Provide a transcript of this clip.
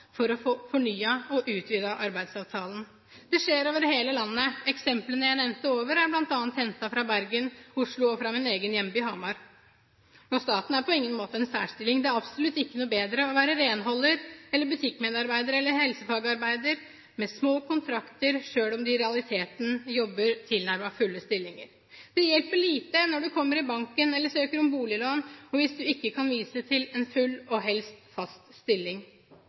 for å få fornyet og utvidet arbeidsavtalen. Dette skjer over hele landet. Eksemplene jeg nevnte ovenfor, er bl.a. hentet fra Bergen, Oslo og fra min egen hjemby Hamar, og staten står på ingen måte i en særstilling. Det er absolutt ikke noe bedre å være renholder, butikkmedarbeider eller helsefagarbeider med små kontrakter, selv om de i realiteten jobber tilnærmet fulle stillinger. Det hjelper lite når du kommer i banken og søker om boliglån hvis du ikke kan vise til en full og helst fast stilling.